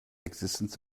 existence